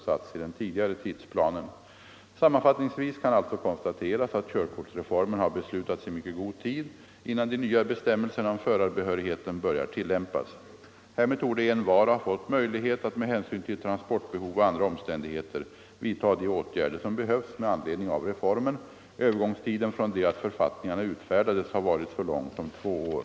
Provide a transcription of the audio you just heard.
Sammanfattningsvis kan alltså konstateras att körkortsreformen har beslutats i mycket god tid innan de nya bestämmelserna om förarbehörigheten börjar tillämpas. Härmed torde envar ha fått möjlighet att med hänsyn till transportbehov och andra omständigheter vidta de åtgärder som behövs med anledning av reformen. Övergångstiden från det att författningarna utfärdades har varit så lång som två år.